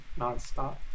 nonstop